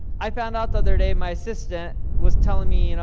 i found out the other day, my assistant was telling me, you know